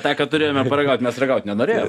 tą ką turėjome paragaut mes ragaut nenorėjom